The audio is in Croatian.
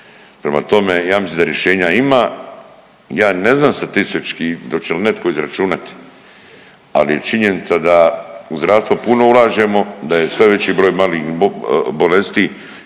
Prema tome, ja mislim da rješenja ima, ja ne znam statistički dal će netko izračunati, al je činjenica da u zdravstvo puno ulažemo, da je sve veći broj malignih bolesti